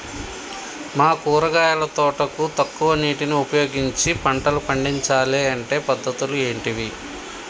మా కూరగాయల తోటకు తక్కువ నీటిని ఉపయోగించి పంటలు పండించాలే అంటే పద్ధతులు ఏంటివి?